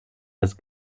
dass